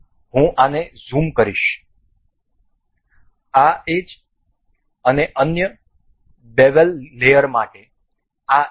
હું આને ઝૂમ કરીશ આ એજ અને અન્ય બેવલ લેયર માટે આ એજ